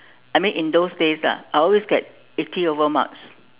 I mean in those days lah I will always get eighty over marks